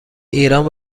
ایران